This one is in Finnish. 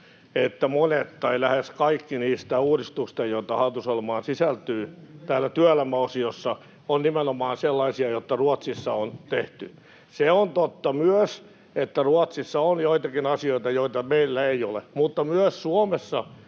että monet tai lähes kaikki niistä uudistuksista, joita hallitusohjelmaan sisältyy, täällä työelämäosiossa ovat nimenomaan sellaisia, joita Ruotsissa on tehty. Myös se on totta, että Ruotsissa on joitakin asioita, joita meillä ei ole. Mutta myös Suomessa